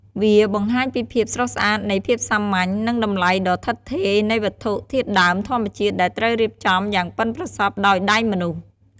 វាបង្ហាញពីភាពស្រស់ស្អាតនៃភាពសាមញ្ញ និងតម្លៃដ៏ឋិតថេរនៃវត្ថុធាតុដើមធម្មជាតិដែលត្រូវបានរៀបចំយ៉ាងប៉ិនប្រសប់ដោយដៃមនុស្ស។